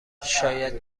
شاید